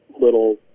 little